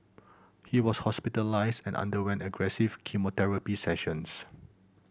he was hospitalised and underwent aggressive chemotherapy sessions